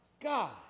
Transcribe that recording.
God